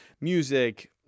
music